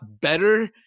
better